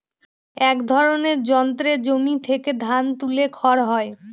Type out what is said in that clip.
এক ধরনের যন্ত্রে জমি থেকে ধান তুলে খড় হয়